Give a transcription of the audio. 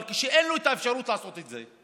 אבל כשאין לו את האפשרות לעשות את זה,